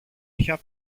πια